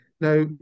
Now